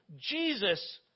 Jesus